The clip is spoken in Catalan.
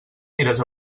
aniràs